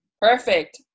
perfect